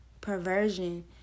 perversion